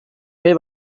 ere